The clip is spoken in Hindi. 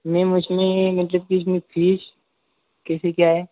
मैम उसमें मतलब कि उसमें फ़ीस कैसे क्या है